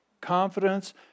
confidence